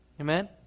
Amen